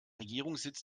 regierungssitz